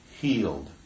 healed